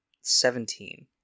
Seventeen